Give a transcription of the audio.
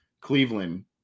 Cleveland